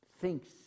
thinks